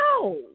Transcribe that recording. No